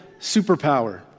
superpower